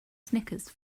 snickers